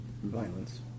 Violence